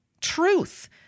Truth